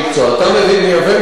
אתה מייבא מסין,